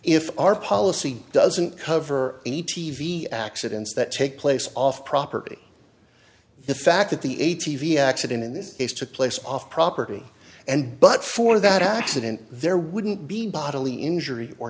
if our policy doesn't cover a t v accidents that take place off property the fact that the a t v accident in this case took place off property and but for that accident there wouldn't be bodily injury or